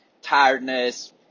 tiredness